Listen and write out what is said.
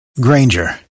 Granger